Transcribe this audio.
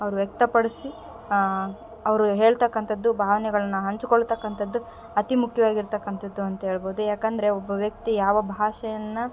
ಅವರು ವ್ಯಕ್ತಪಡಿಸಿ ಅವರು ಹೇಳ್ತಕ್ಕಂಥದ್ದು ಭಾವನೆಗಳ್ನ ಹಂಚ್ಕೊಳ್ತಕ್ಕಂಥದ್ದು ಅತಿ ಮುಖ್ಯವಾಗಿರ್ತಕ್ಕಂಥದ್ದು ಅಂತ ಹೇಳ್ಬೋದು ಯಾಕಂದರೆ ಒಬ್ಬ ವ್ಯಕ್ತಿ ಯಾವ ಭಾಷೆಯನ್ನು